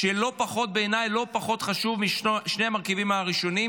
שבעיניי הוא לא פחות חשוב משני המרכיבים הראשונים,